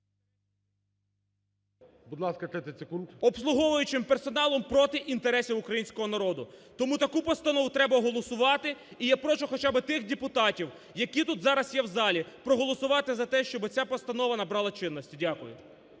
Обслуговуючим персоналом проти інтересів українського народу. Тому таку постанову треба голосувати. І я прошу хоча би тих депутатів, які тут зараз є в залі, проголосувати за те, щоби ця постанова набрала чинності. Дякую.